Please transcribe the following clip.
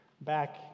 Back